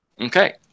Okay